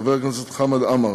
חבר הכנסת חמד עמאר,